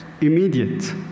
immediate